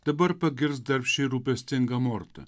dabar pagirs darbščiai rūpestingą mortą